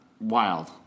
wild